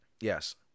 Yes